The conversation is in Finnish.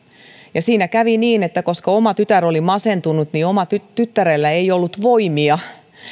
ja siinä kävi niin että koska oma tytär oli masentunut omalla tyttärellä ei ollut voimia